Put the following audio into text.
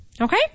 okay